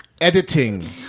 Editing